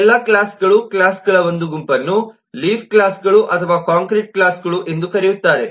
ಈ ಎಲ್ಲಾ ಕ್ಲಾಸ್ಗಳು ಕ್ಲಾಸ್ಗಳ ಒಂದು ಗುಂಪನ್ನು ಲೀಫ್ ಕ್ಲಾಸ್ಗಳು ಅಥವಾ ಕಾಂಕ್ರೀಟ್ ಕ್ಲಾಸ್ಗಳು ಎಂದು ಕರೆಯುತ್ತಾರೆ